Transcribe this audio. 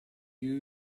new